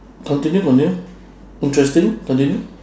continue continue interesting continue